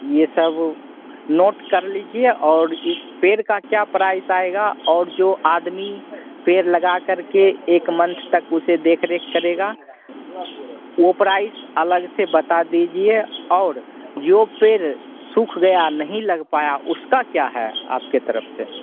यह सब नोट कर लीजिए और इस पेड़ का क्या प्राइस आएगा और जो आदमी पेड़ लगाकर के एक मंथ तक उसे देखरेख करेगा वह प्राइस अलग से बता दीजिए और जो पेड़ सूख गया नहीं लग पाया उसका क्या है आपकी तरफ से